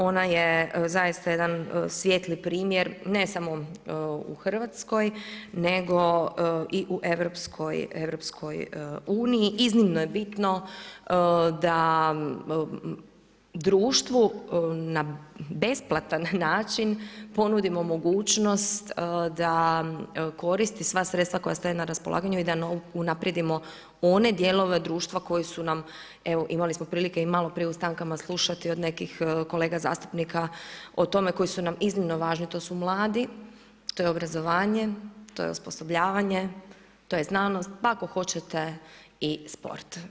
Ona je zaista jedan svijetli primjer ne samo u Hrvatskoj nego i u EU-u. iznimno je bitno da društvu na besplatan način ponudimo mogućnost da koristi sva sredstva koja stoje na raspolaganju i da unaprijedimo one dijelove društva koji su nam evo, imali smo prilike i malo prije u stanakama slušati od nekih kolega zastupnika o tome koji su nam iznimno važni, to su mladi, to je obrazovanje, to je osposobljavanje, to je znanost, ako hoćete i sport.